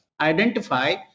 identify